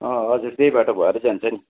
हजुर त्यही बाटो भएर जान्छ नि